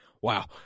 Wow